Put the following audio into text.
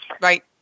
Right